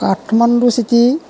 Kathmandu city